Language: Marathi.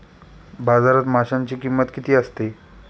बाजारात माशांची किंमत किती असते?